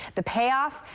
the payoff,